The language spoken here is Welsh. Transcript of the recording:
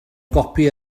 gopi